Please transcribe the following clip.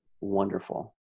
wonderful